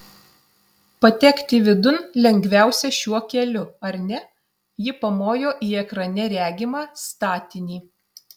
patekti vidun lengviausia šiuo keliu ar ne ji pamojo į ekrane regimą statinį